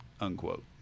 Unquote